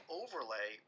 overlay